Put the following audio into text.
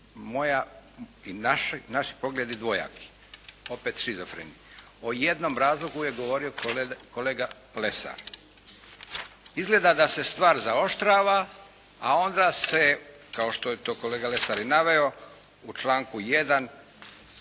moja i naši pogledi dvojaki. Opet šizofreni. O jednom razlogu je govorio kolega Lesar. Izgleda da se stvar zaoštrava, a onda se, kao što je to kolega Lesar i naveo, u članku 1.